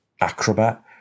Acrobat